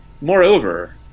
moreover